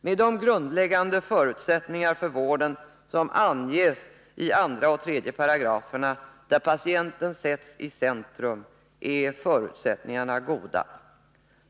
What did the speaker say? Med de grunder för vården som anges i 2 och 3 §§, där patienten sätts i centrum, är förutsättningarna goda.